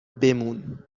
بمون